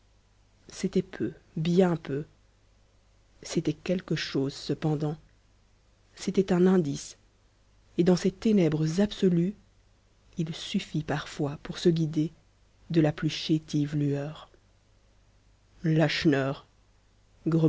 c'était peu bien peu c'était quelque chose cependant c'était un indice et dans ces ténèbres absolues il suffit parfois pour se guider de la plus chétive lueur